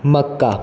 mecca